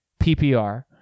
PPR